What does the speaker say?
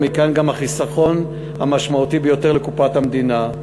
ומכאן גם חיסכון משמעותי ביותר לקופת המדינה.